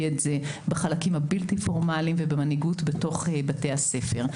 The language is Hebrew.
את זה בחלקים הבלתי פורמליים ובמנהיגות בתוך בתי הספר.